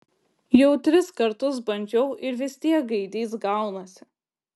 jau tris kartus bandžiau ir vis tiek gaidys gaunasi